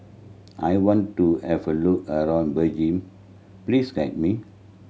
I want to have a look around Beijing please guide me